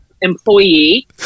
employee